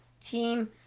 team